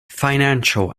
financial